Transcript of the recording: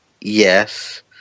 Yes